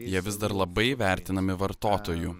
jie vis dar labai vertinami vartotojų